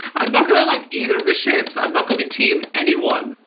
i'm not gonna like either of the ships i'm not gonna be team anyone.